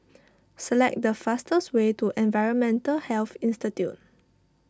select the fastest way to Environmental Health Institute